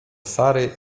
sary